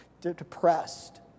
depressed